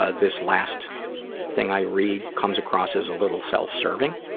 ah this last thing i read comes across as a little self-serving.